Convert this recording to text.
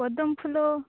ପଦ୍ମଫୁଲ